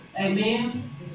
Amen